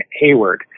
Hayward